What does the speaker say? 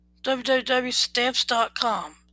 www.stamps.com